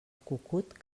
cucut